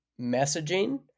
messaging